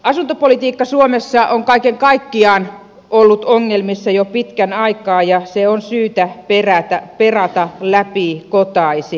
asuntopolitiikka suomessa on kaiken kaikkiaan ollut ongelmissa jo pitkän aikaa ja se on syytä perata läpikotaisin